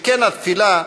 שכן התפילה,